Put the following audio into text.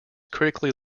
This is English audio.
critically